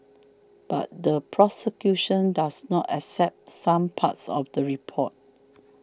but the prosecution does not accept some parts of the report